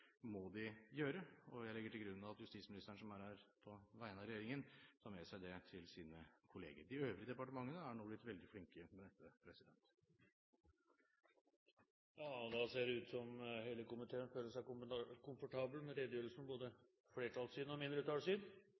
må de gjøre, og jeg legger til grunn at justisministeren, som er her på vegne av regjeringen, tar med seg den beskjeden til sine kolleger. De øvrige departementene har nå blitt veldig flinke til dette. Det ser ut til at hele komiteen er komfortabel med redegjørelsen både når det gjelder flertallssynet og mindretallssynet i den enstemmige innstillingen. Flere har ikke bedt om